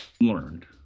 learned